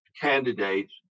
candidates